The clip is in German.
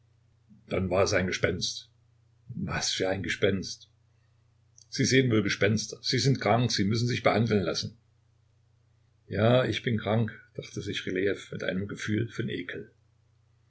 dann war es ein gespenst was für ein gespenst sie sehen wohl gespenster sie sind krank sie müssen sich behandeln lassen ja ich bin krank dachte sich rylejew mit einem gefühl von ekel